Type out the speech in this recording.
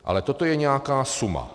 Ale toto je nějaká suma.